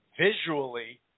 visually